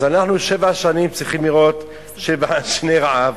אז אנחנו שבע שנים צריכים לראות שבע שני רעב.